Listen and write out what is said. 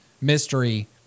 mystery